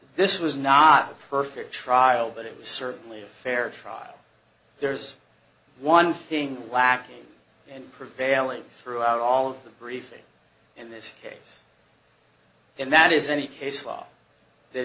this was not a perfect trial but it was certainly a fair trial there's one thing lacking and prevailing throughout all of that briefing in this case and that is any case law that